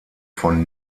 von